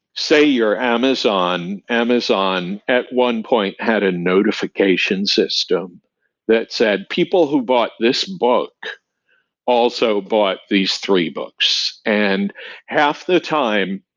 say, you're amazon. amazon at one point had a notification system that said people who bought this book also bought these three books. and half the time,